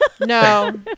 No